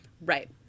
Right